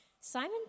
Simon